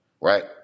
Right